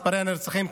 מספרי הנרצחים,